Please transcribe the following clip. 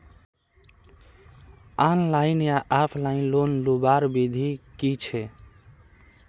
Online या offline loan लुबार विधि की छे?